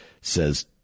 says